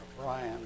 Brian